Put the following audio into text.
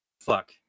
Fuck